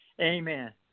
Amen